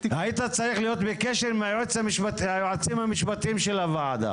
היית צריך להיות בקשר עם היועצים המשפטיים של הוועדה.